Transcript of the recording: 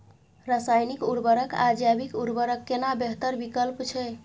रसायनिक उर्वरक आ जैविक उर्वरक केना बेहतर विकल्प छै?